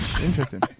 Interesting